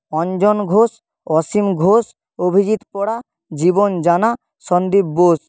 Anjan Ghosh Asim Ghosh Abhijit Para Jiban Jana Sandip Bose